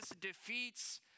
defeats